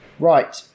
Right